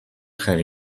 خری